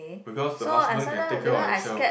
because the husband can take care of himself